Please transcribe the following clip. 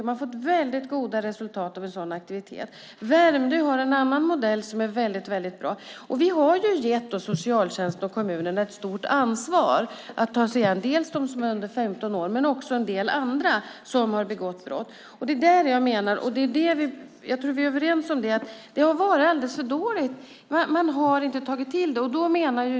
Man har fått goda resultat av den aktiviteten. Värmdö har en annan modell som också är bra. Vi har gett socialtjänst och kommuner ett stort ansvar för att ta sig an dels dem som är under 15 år, dels en del andra som har begått brott. Jag tror att vi är överens om att det har varit alldeles för dåligt; man har inte tagit detta till sig.